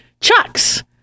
Chucks